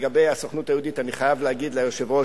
לגבי הסוכנות היהודית אני חייב להגיד ליושב-ראש,